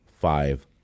five